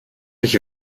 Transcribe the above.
ich